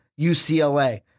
UCLA